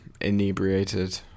inebriated